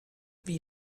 wie